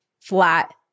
flat